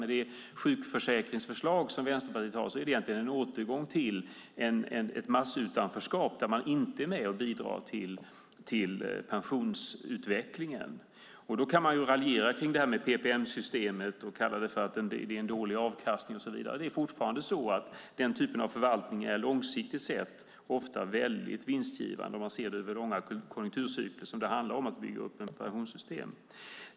Med det sjukförsäkringsförslag som Vänsterpartiet har är det egentligen en återgång till ett massutanförskap där man inte är med och bidrar till pensionsutvecklingen. Då kan man raljera kring PPM-systemet och säga att det är en dålig avkastning och så vidare. Den typen av förvaltning är fortfarande långsiktigt sett ofta väldigt vinstgivande, om man ser det över långa konjunkturcykler som det handlar om när det gäller att bygga upp pensionssystem.